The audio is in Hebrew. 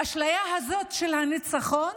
האשליה הזאת של הניצחון